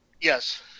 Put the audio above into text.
yes